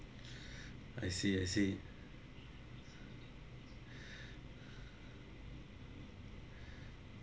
I see I see